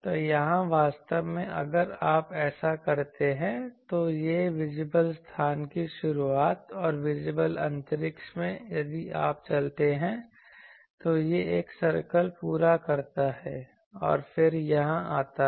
तो यहाँ वास्तव में अगर आप ऐसा करते हैं तो यह विजिबल स्थान की शुरुआत और विजिबल अंतरिक्ष में यदि आप चलते हैं तो यह एक सर्कल पूरा करता है और फिर यहां आता है